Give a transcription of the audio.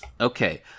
Okay